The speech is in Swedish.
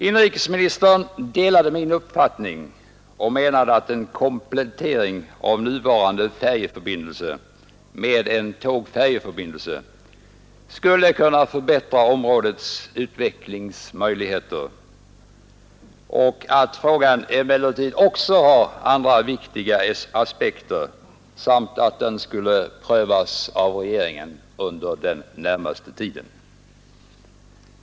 Inrikesministern delade min uppfattning och menade att en komplettering av nuvarande färjeförbindelse med en tågfärjeförbindelse skulle kunna förbättra områdets utvecklingsmöjligheter, att frågan också har andra viktiga aspekter samt att den skulle prövas av regeringen under den närmaste tiden.